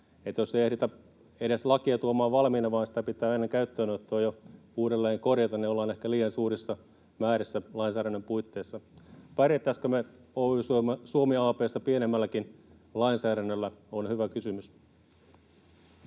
edes ehditä tuomaan valmiina vaan sitä pitää ennen käyttöönottoa jo uudelleen korjata, niin ollaan ehkä liian suurissa määrissä lainsäädännön puitteissa. Pärjättäisiinkö me Oy Suomi Ab:ssa pienemmälläkin lainsäädännöllä? Se on hyvä kysymys.